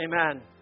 Amen